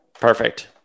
Perfect